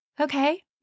Okay